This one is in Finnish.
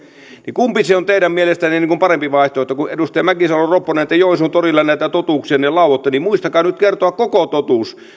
kumpi on teidän mielestänne parempi vaihtoehto kun te edustaja mäkisalo ropponen joensuun torilla näitä totuuksianne lauotte niin muistakaa nyt kertoa koko totuus